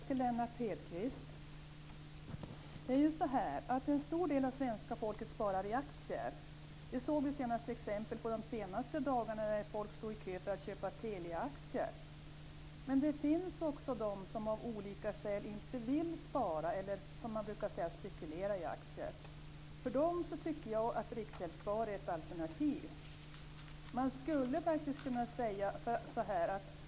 Fru talman! Jag har en fråga till Lennart Hedquist. En stor del av svenska folket sparar i aktier. Det såg vi senast exempel på under de senaste dagarna, när folk stod i kö för att köpa Teliaaktier. Men det finns också de som av olika skäl inte vill spara eller spekulera, som man brukar säga, i aktier. För dem tycker jag att Riksgäldsspar är ett alternativ.